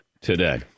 today